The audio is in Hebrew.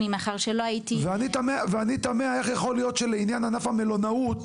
ואני תמה איך יכול להיות שלעניין ענף המלונאות